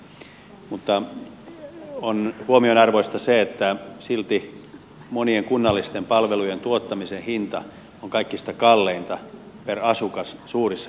mutta on huomionarvoista se että silti monien kunnallisten palvelujen tuottamisen hinta on kaikista kalleinta per asukas suurissa kaupunkikeskuksissa